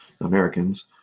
Americans